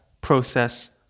process